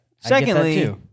Secondly